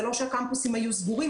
זה לא שהקמפוסים היו סגורים,